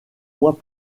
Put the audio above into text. mois